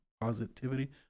Positivity